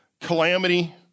calamity